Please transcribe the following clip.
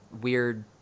weird